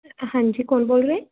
ਹਾਂਜੀ ਕੌਣ ਬੋਲ ਰਹੇ